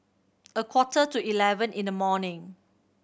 a quarter to eleven in the morning